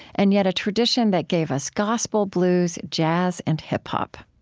and yet a tradition that gave us gospel, blues, jazz, and hip-hop